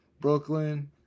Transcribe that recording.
Brooklyn